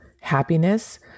happiness